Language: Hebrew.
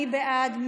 מי בעד?